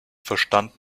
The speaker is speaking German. verstand